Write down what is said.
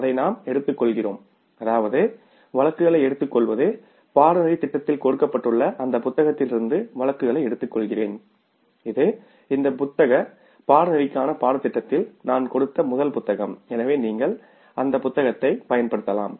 அதை நாம் எடுத்துக்கொள்கிறோம் அதாவது வழக்குகளை எடுத்துக்கொள்வது பாடநெறி திட்டத்தில் கொடுக்கப்பட்டுள்ள அந்த புத்தகத்திலிருந்து வழக்குகளை எடுத்துக்கொள்கிறேன் இது இந்த பாடநெறிக்கான பாடத்திட்டத்தில் நான் கொடுத்த முதல் புத்தகம் எனவே நீங்கள் அந்த புத்தகத்தை பயன்படுத்தலாம்